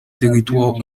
territoire